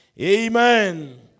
amen